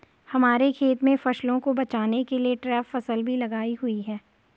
हमारे खेत में फसलों को बचाने के लिए ट्रैप फसल भी लगाई हुई है